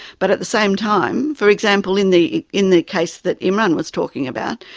but at the same time, for example, in the in the case that imran was talking about,